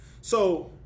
So-